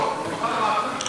לא בחדא מחתא.